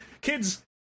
kids